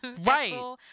Right